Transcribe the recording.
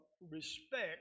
respect